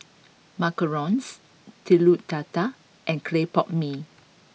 Macarons telur dadah and Claypot mee